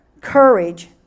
courage